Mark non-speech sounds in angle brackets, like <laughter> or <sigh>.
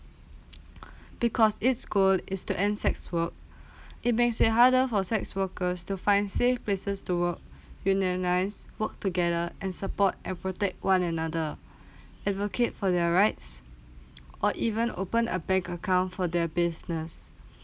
<noise> <breath> because it's good is to end sex work <breath> it may say harder for sex worker to find safe places to work <breath> unionise work together and support and protect one another <breath> allocate for their rights or even open a bank account for their business